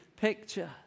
picture